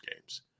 games